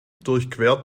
durchquert